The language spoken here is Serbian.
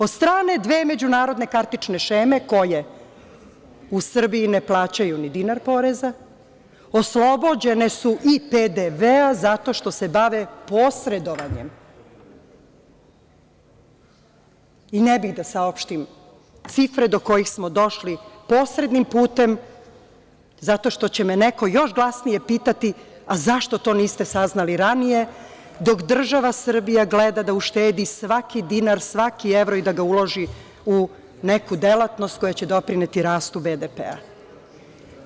Od strane dve međunarodne kartične šeme koje u Srbiji ne plaćaju ni dinar poreza, oslobođene su i PDV-a, zato što se bave posredovanjem i ne bih da saopštim cifre do kojih smo došli posrednim putem, zato što će me neko još glasnije pitati, a zašto to niste saznali ranije dok država Srbija gleda da uštedi svaki dinar, svaki evro i da ga uloži u neku delatnost koja će doprineti rastu BDP-a.